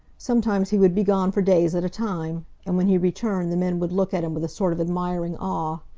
sometimes he would be gone for days at a time, and when he returned the men would look at him with a sort of admiring awe.